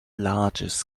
largest